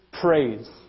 praise